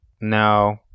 No